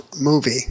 movie